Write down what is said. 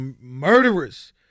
murderers